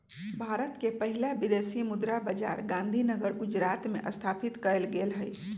भारत के पहिला विदेशी मुद्रा बाजार गांधीनगर गुजरात में स्थापित कएल गेल हइ